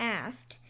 asked